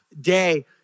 day